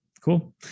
Cool